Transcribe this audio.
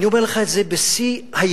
אני אומר לך את זה בשיא הידידות,